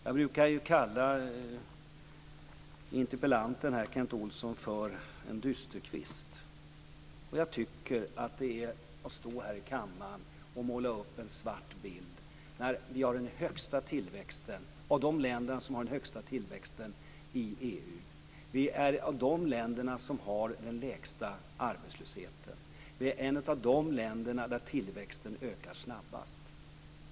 Jag brukar kalla interpellanten Kent Olsson för en dysterkvist. Jag tycker att det är fel att stå här i kammaren och måla upp en svart bild när vi har den högsta tillväxten av de länder som har den högsta tillväxten i EU. Vi är ett av de länder som har den lägsta arbetslösheten. Vi är ett av de länder där tillväxten ökar snabbast.